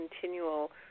continual